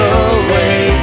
away